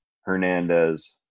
Hernandez